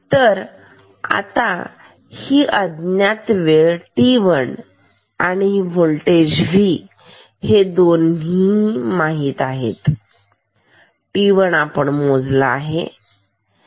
तर आता हे अज्ञात वेळ t1 आणि हा वोल्टेज v हे दोन्ही माहीत आहेत t1 मोजला आहे